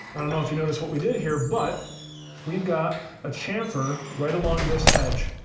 i don't know if you notice what we did here, but we've got a chamfer right along this edge,